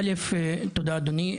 תודה, אדוני.